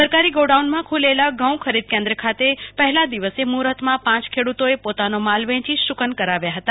સરકારી ગોડાઉનમાં ખુલેલા ઘઉ ખરીદ કેન્દ્ર ખાતે પહેલા દિવસે મહ્રત માં પાંચ ખેડૂતો એ પોતાનો માલ વેચી શુકન કરાવ્યા ફતા